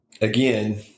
again